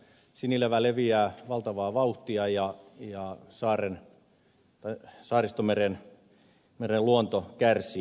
sinilevä leviää valtavaa vauhtia ja saaristomeren luonto kärsii